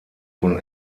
von